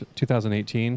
2018